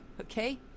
okay